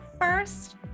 first